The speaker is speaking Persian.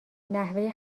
نحوه